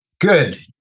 Good